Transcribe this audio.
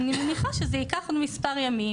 אני מניחה שזה ייקח כמה ימים.